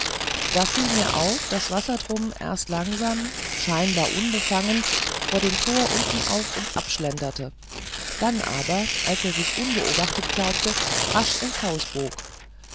da fiel mir auf daß wassertrum erst lange scheinbar unbefangen vor dem tor unten auf und ab schlenderte dann aber als er sich unbeobachtet glaubte rasch ins haus